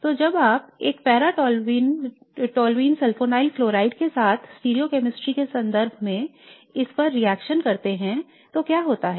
तो जब आप एक पैरा टोल्यूनि सल्फोनील क्लोराइड के साथ स्टीरियोकैमिस्ट्री के संदर्भ में इस पर रिएक्शन करते हैं तो क्या होता है